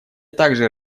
также